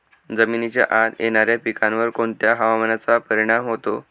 जमिनीच्या आत येणाऱ्या पिकांवर कोणत्या हवामानाचा परिणाम होतो?